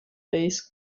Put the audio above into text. bays